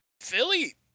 Philly